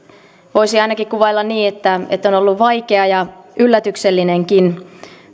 voisi ainakin kuvailla niin että on ollut vaikea ja yllätyksellinenkin